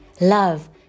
love